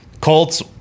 Colts